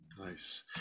Nice